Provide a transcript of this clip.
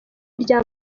rya